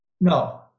No